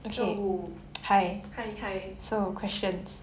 so hi so questions